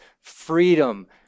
freedom